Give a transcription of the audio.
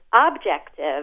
objective